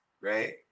right